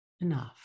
enough